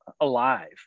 alive